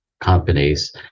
companies